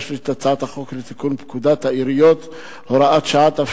שלישית את הצעת חוק לתיקון פקודת העיריות (הוראת שעה),